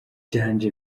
ryanje